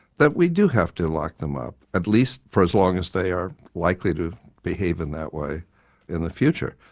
that we do have to lock them up at least for as long as they are likely to behave in that way in the future.